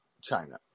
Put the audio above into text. China